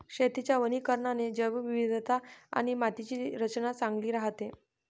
शेतीच्या वनीकरणाने जैवविविधता आणि मातीची रचना चांगली राहते